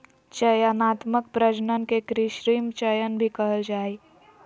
चयनात्मक प्रजनन के कृत्रिम चयन भी कहल जा हइ